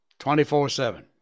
24-7